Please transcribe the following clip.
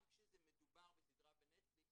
גם כשמדובר בסדרה בנטפליקס,